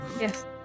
Yes